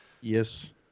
Yes